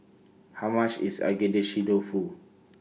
How much IS Agedashi Dofu